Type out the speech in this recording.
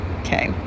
okay